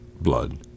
blood